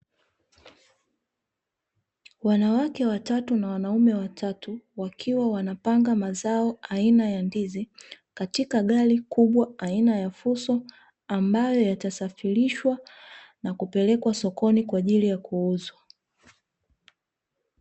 Wanawake watatu na wanaume watatu wakiwa wanapanga mazao aina ya ndizi katika gari kubwa aina ya fuso, ambayo yatasafirishwa na kupelekwa sokoni kwa ajili ya kuuzwa.